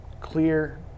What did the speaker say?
clear